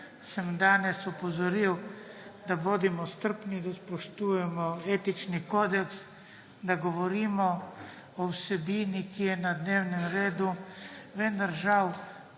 sem danes opozoril, da bodimo strpni, da spoštujemo etični kodeks, da govorimo o vsebini, ki je na dnevnem redu, vendar,